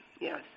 Yes